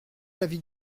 l’avis